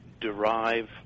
derive